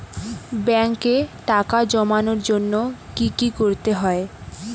ব্যাংকে টাকা জমানোর জন্য কি কি করতে হয়?